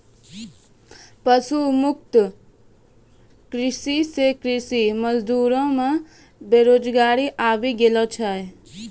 पशु मुक्त कृषि से कृषि मजदूर मे बेरोजगारी आबि गेलो छै